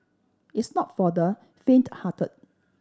it's not for the fainthearted